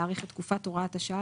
להאריך את תקופת הוראת השעה,